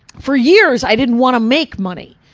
for years, i didn't want to make money.